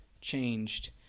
changed